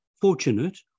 fortunate